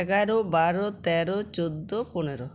এগারো বারো তেরো চৌদ্দো পনেরো